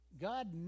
God